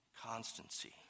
constancy